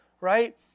right